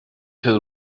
till